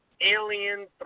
Alien